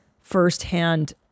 firsthand